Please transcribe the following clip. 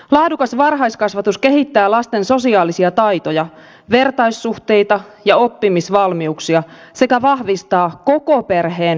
laadukas varhaiskasvatus kehittää lasten sosiaalisia taitoja vertaissuhteita ja oppimisvalmiuksia sekä vahvistaa koko perheen hyvinvointia